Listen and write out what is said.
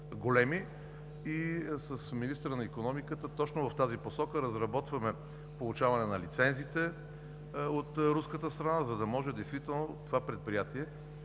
и с министъра на икономиката точно в тази посока разработваме получаване на лицензиите от руската страна, за да може това предприятие,